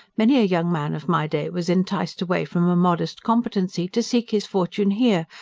many a young man of my day was enticed away from a modest competency, to seek his fortune here,